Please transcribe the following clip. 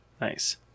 Nice